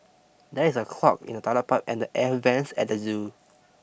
there is a clog in the toilet pipe and the air vents at the zoo